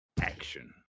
action